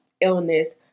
illness